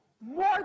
more